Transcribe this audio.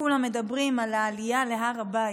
כולם מדברים על העלייה להר הבית.